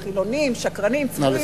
חילונים, שקרנים, צבועים.